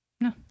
No